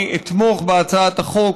אני אתמוך בהצעת החוק